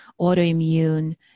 autoimmune